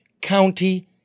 County